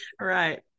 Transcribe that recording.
Right